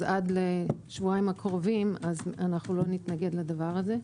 עד לשבועיים הקרובים אנחנו לא נתנגד לדבר הזה.